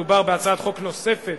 מדובר בהצעת חוק נוספת